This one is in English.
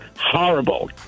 horrible